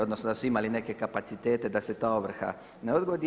Odnosno da su imali neke kapacitete da se ta ovrha ne odgodi.